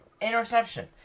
interception